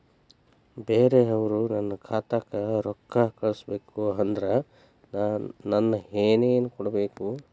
ಬ್ಯಾರೆ ಅವರು ನನ್ನ ಖಾತಾಕ್ಕ ರೊಕ್ಕಾ ಕಳಿಸಬೇಕು ಅಂದ್ರ ನನ್ನ ಏನೇನು ಕೊಡಬೇಕು?